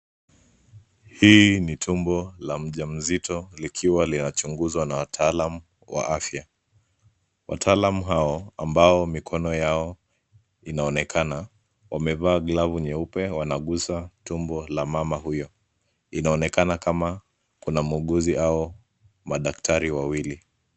Hii ni tumbo la mjamzito likiwa linachunguzwa na wataalam wa afya. Wataalam hao ambao mikono yao inaonekana, wamevaa glavu nyeupe, wanaguza tumbo la mama huyo. Inaonekana kama kuna muuguzi au madaktari wawili.